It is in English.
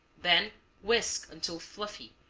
then whisk until fluffy,